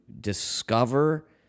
discover